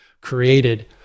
created